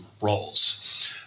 roles